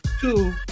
two